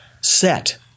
set